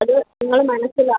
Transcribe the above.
അത് നിങ്ങൾ മനസ്സിലാക്കണം